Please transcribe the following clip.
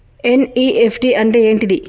NEFT అంటే ఏంటిది?